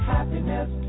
Happiness